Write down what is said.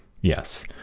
yes